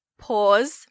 pause